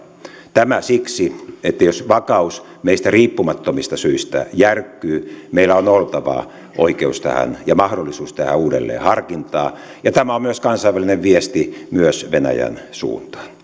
tämä siksi että jos vakaus meistä riippumattomista syistä järkkyy meillä on oltava oikeus tähän ja mahdollisuus uudelleenharkintaan ja tämä on myös kansainvälinen viesti myös venäjän suuntaan